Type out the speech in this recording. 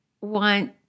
want